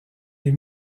des